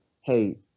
hey